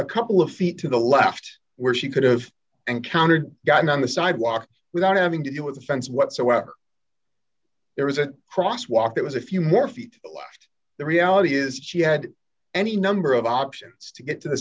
a couple of feet to the left where she could have encountered gotten on the sidewalk without having to do with the fence whatsoever there was a crosswalk that was a few more feet left the reality is she had any number of options to get to the